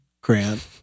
Grant